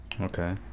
okay